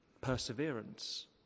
perseverance